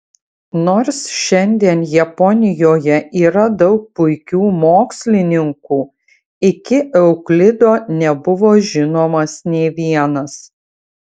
nors šiandien japonijoje yra daug puikių mokslininkų iki euklido nebuvo žinomas nė vienas